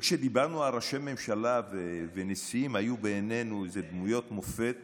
וכשדיברנו על ראשי ממשלה ונשיאים הם היו בעינינו איזה דמויות מופת